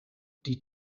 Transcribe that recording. die